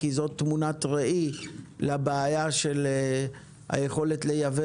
כי זו תמונת ראי לבעיה של היכולת לייבא